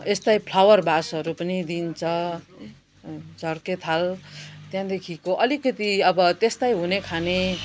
यस्तै फ्लावर भासहरू पनि दिन्छ झर्के थाल त्यहाँदेखिको अलिकती अब त्यस्तै हुनेखाने